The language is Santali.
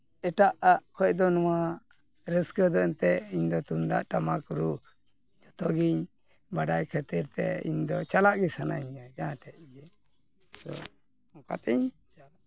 ᱮᱴᱟᱜ ᱟᱜ ᱠᱷᱚᱱ ᱫᱚ ᱱᱚᱣᱟ ᱨᱟᱹᱥᱠᱟᱹ ᱫᱚ ᱮᱱᱛᱮᱫ ᱤᱧ ᱫᱚ ᱛᱩᱢᱫᱟᱜ ᱴᱟᱢᱟᱠ ᱨᱩ ᱡᱚᱛᱚ ᱜᱤᱧ ᱵᱟᱰᱟᱭ ᱠᱷᱟᱹᱛᱤᱨ ᱛᱮ ᱤᱧ ᱫᱚ ᱪᱟᱞᱟᱜ ᱜᱮ ᱥᱟᱹᱱᱟᱧᱟ ᱡᱟᱦᱟᱸ ᱴᱷᱮᱱ ᱜᱮ ᱛᱚ ᱚᱝᱠᱟᱛᱤᱧ